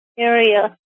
Area